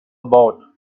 about